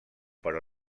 però